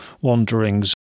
wanderings